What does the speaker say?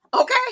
Okay